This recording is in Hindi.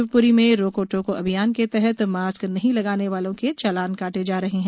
शिवपुरी में रोको टोको अभियान के तहत मास्क नहीं लगाने वालों के चालान काटे जा रहे हैं